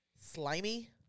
slimy